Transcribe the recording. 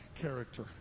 character